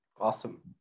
Awesome